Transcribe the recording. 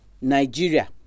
Nigeria